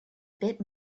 bit